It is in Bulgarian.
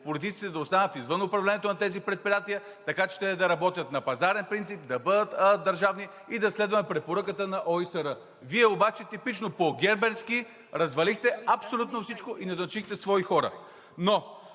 политиците да останат извън управлението на тези предприятия, така че да работят на пазарен принцип, да бъдат държавни и да следваме препоръката на ОИСР. Вие обаче, типично по герберски, развалихте абсолютно всичко и назначихте свои хора. Но